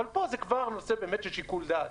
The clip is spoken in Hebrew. אבל פה זה כבר נושא של שיקול דעת.